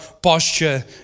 posture